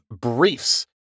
briefs